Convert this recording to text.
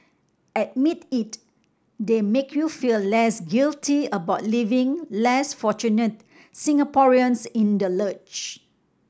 admit it they make you feel less guilty about leaving less fortunate Singaporeans in the lurch